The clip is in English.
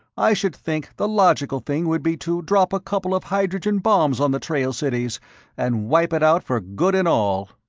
i should think the logical thing would be to drop a couple of hydrogen bombs on the trail cities and wipe it out for good and all.